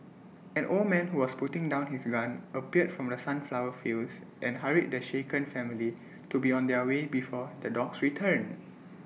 an old man who was putting down his gun appeared from the sunflower fields and hurried the shaken family to be on their way before the dogs return